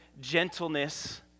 gentleness